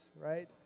Right